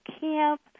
camp